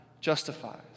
justifies